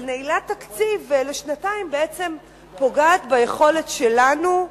אבל נעילת תקציב לשנתיים בעצם פוגעת ביכולת שלנו,